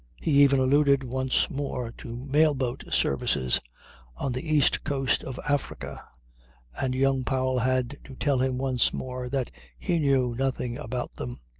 he even alluded once more to mail-boat services on the east coast of africa and young powell had to tell him once more that he knew nothing about them.